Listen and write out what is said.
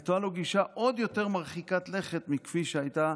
הייתה לו גישה עוד יותר מרחיקת לכת מכפי שהייתה